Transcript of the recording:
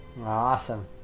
Awesome